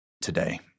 today